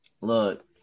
Look